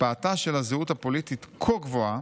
השפעתה של הזהות הפוליטית כה גבוהה,